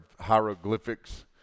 hieroglyphics